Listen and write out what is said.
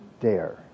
dare